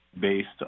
based